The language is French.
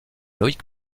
loïc